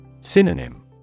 Synonym